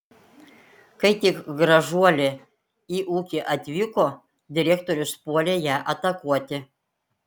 kai tik gražuolė į ūkį atvyko direktorius puolė ją atakuoti